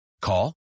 Call